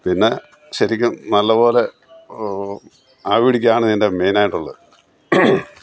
പിന്നെ ശരിക്കും നല്ലപോലെ ആവിപിടിക്കുക ആണിതിൻ്റെ മെയിനായിട്ടുള്ളത്